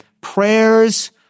prayers